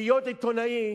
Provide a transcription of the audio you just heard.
להיות עיתונאי?